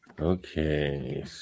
Okay